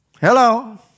Hello